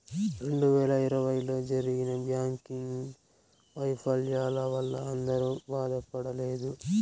రెండు వేల ఇరవైలో జరిగిన బ్యాంకింగ్ వైఫల్యాల వల్ల అందరూ బాధపడలేదు